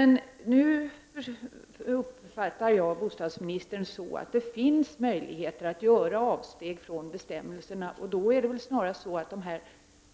Jag uppfattar bostadsministern på ett sådant sätt att det finns möjligheter att göra avsteg från bestämmelserna, och då är det väl snarast på det sättet att